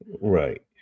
Right